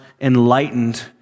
enlightened